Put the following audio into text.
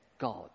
God